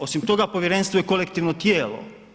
Osim toga povjerenstvo je kolektivno tijelo.